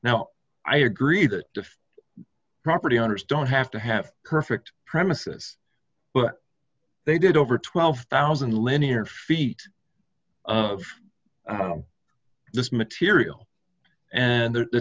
now i agree that if property owners don't have to have perfect premises but they did over twelve thousand linear feet of this material and the